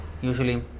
Usually